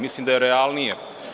Mislim da je realnije.